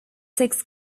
six